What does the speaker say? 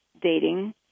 dating